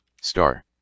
Star